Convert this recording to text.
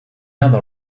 other